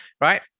right